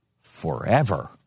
forever